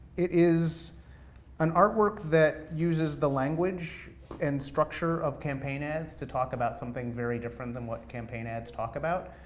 it is an artwork that uses the language and structure of campaign ads to talk about something very different than what campaign ads talk about.